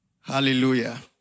Hallelujah